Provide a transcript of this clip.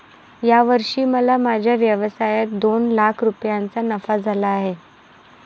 या वर्षी मला माझ्या व्यवसायात दोन लाख रुपयांचा नफा झाला आहे